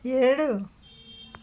ఏడు